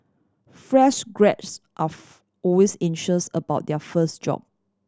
fresh graduates are always anxious about their first job